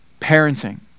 parenting